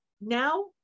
now